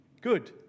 good